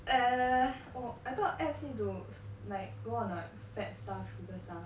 uh oh I thought abs need to like go on a fat stuff because down